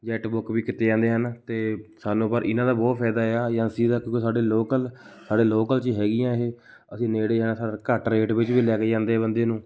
jet book ਵੀ ਕੀਤੇ ਜਾਂਦੇ ਹਨ ਅਤੇ ਸਾਨੂੰ ਪਰ ਇਹਨਾਂ ਦਾ ਬਹੁਤ ਫਾਇਦਾ ਏ ਆ ਏਜੰਸੀ ਦਾ ਕਿਉਂਕਿ ਸਾਡੇ ਲੋਕਲ ਸਾਡੇ ਲੋਕਲ 'ਚ ਹੈਗੀਆਂ ਇਹ ਅਸੀਂ ਨੇੜੇ ਵਾਲ਼ਾ ਘੱਟ ਰੇਟ ਵਿੱਚ ਵੀ ਲੈ ਕੇ ਜਾਂਦੇ ਬੰਦੇ ਨੂੰ